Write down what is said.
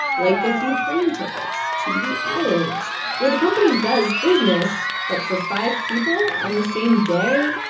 like a few plane tickets to the islands where the company does business. but for five people? on the same day?